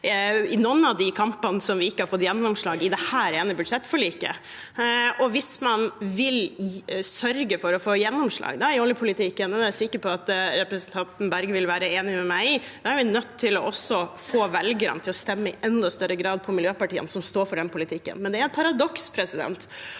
i noen av de kampene som vi ikke har fått gjennomslag for i dette ene budsjettforliket. Hvis man vil sørge for å få gjennomslag i oljepolitikken – det er jeg sikker på at representanten Berg vil være enig med meg i – er vi nødt til å få velgerne til i enda større grad å stemme på miljøpartiene som står for den politikken. Det er imidlertid et paradoks at